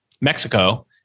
Mexico